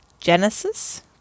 genesis